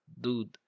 dude